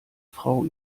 frau